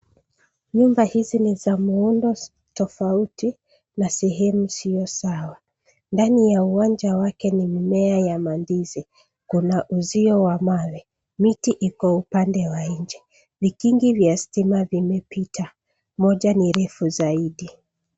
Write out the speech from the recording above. Nyumba hizi ni za muundo tofauti na sehemu isiyo sawa. Ndani ya uwanja wake ni mimea ya mandizi. Kuna uzio wa mawe. Miti iko upande wa nje. Vikingi vya stima vimepita. Moja ni refu zaidi.